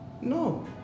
No